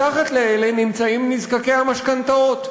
מתחת לאלה נמצאים נזקקי המשכנתאות,